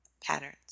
patterns